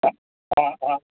हा हा हा